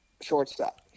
shortstop